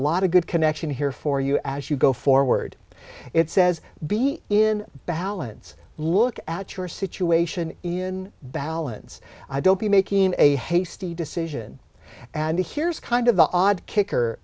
of good connection here for you as you go forward it says be in balance look at your situation in balance i don't be making a hasty decision and here's kind of the odd kicker